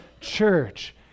church